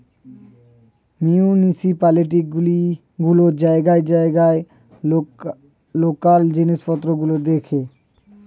municipality গুলো জায়গায় জায়গায় লোকাল জিনিসপত্র গুলো দেখে